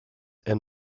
and